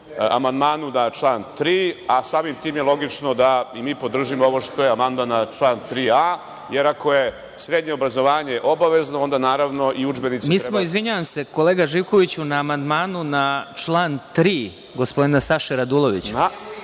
da član 3, a samim tim je logično da i mi podržimo ovo što je amandman na član 3a, jer ako je srednje obrazovanje obavezno, onda naravno i udžbenici treba… **Vladimir Marinković** Mi se izvinjavamo kolega Živkoviću, na amandmanu na član 3. gospodina Saše Radulović.